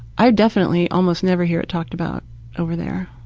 i definitely almost never hear it talked about over there